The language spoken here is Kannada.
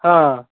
ಹಾಂ